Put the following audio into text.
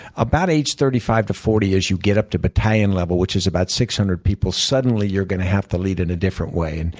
about age thirty five to forty, as you get up to battalion level, which is about six hundred people, suddenly, you're going to have to lead it a different way. and